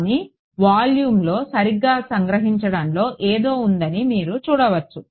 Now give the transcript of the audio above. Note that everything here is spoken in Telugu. కానీ వాల్యూమ్లో సరిగ్గా సంగ్రహించడంలో ఏదో ఉందని మీరు చూడవచ్చు